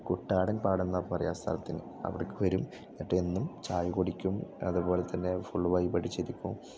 കുട്ടാടൻ പാടന്നാണ് പറയുക ആ സ്ഥലത്തിന് അവിടേക്ക് വരും എന്നിട്ടെന്നും ചായയും കുടിക്കും അതുപോലെ തന്നെ ഫുള്ള് വൈബടിച്ചിരിക്കും